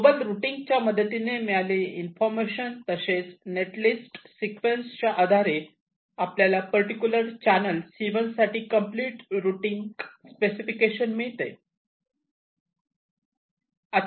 global routing च्या मदतीने मिळालेली इंफॉर्मेशन तसेच नेट लिस्ट सिक्वेन्स च्या आधारे आपल्याला पर्टिक्युलर चॅनल C1 साठी कम्प्लीट रुटींग स्पेसिफिकेशन मिळते